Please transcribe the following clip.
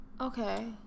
okay